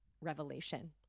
Revelation